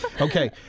okay